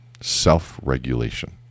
self-regulation